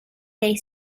they